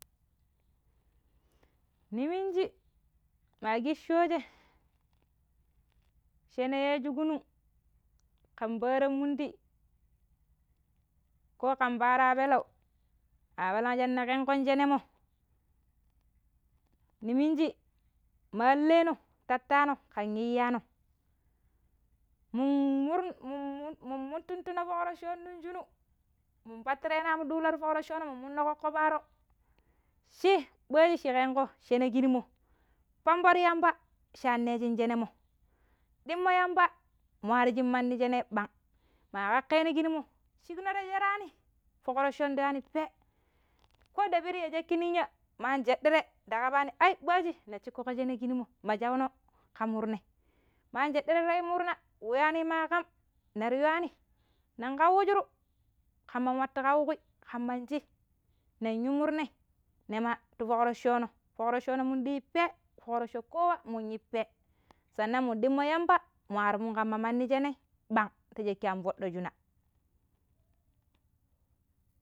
Ni minji ma kisaooje shane yaaji kunu kan petteran mudi ko kan pettera pelau ma palan shan kenkon shenemo, ni minji ma aleno tattaino kan iyyano mun-mur-mun-mun-mun-mun mututuno fok roosono nin shenu. Mun pattireno am duula ti fok roosono mun munno kokko paaro. shi ɓaji shi kenko sheeni kirmo pambo ti yamba shi wanneshin shene mo, ɗimo yamba mu warji manni sheene ɓan. Ma kakkeno kijimo shikno ta sherani fok-roosono ta yum pee. Ko nda piri shakki ninya ma anjeɗire nde kabaani ai, ɓaji ni shikko shene kirmo ma shauno ka murnai. Ma anjidire ta yu murna, wu yuni ma kam ni ta yuani. Min kauwurju kaman wattu kau kui. Kaman chi nin yi murnai nima ti fok roosono. Fok roosono mu dina pee fok rooso kowa mu yu pee sannan mun ɗimmo yamba mu warmu manni shene ɓan ti shakki an foodo shunna.